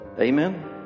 Amen